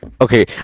Okay